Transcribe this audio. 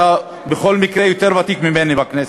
אתה בכל מקרה יותר ותיק ממני בכנסת.